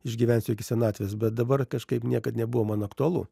išgyvensiu iki senatvės bet dabar kažkaip niekad nebuvo man aktualu